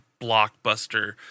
blockbuster